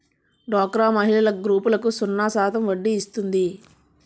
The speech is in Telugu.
డోక్రా మహిళల గ్రూపులకు సున్నా శాతం వడ్డీ ఇస్తుంది